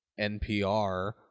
NPR